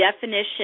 definition